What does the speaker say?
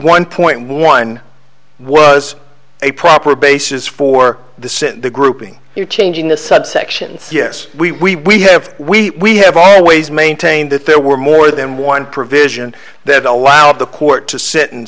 one point one was a proper basis for the since the grouping you're changing the subsection yes we have we have always maintained that there were more than one provision that allowed the court to sit and